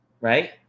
Right